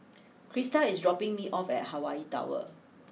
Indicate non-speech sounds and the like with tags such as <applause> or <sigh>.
<noise> Christa is dropping me off at Hawaii Tower